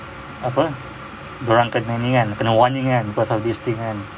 apa dia orang kena ni kan kena warning kan because of this thing kan